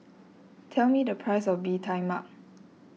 tell me the price of Bee Tai Mak